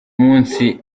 munsi